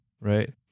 right